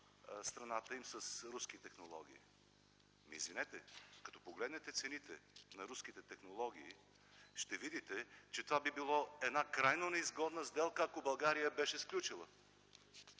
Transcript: страната с руски технологии. Извинете, като погледнете цените на руските технологии, ще видите, че това би било една крайно неизгодна сделка, ако България я беше сключила.